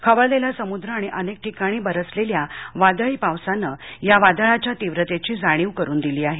खवळलेला समुद्र आणि अनेक ठिकाणी बरसलेल्या वादळी पावसानं या वादळाच्या तीव्रतेची जाणिव करून दिली आहे